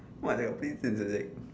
kat prison sia like